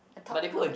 the top coat